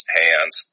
hands